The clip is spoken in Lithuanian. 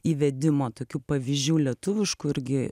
įvedimo tokių pavyzdžių lietuviškų irgi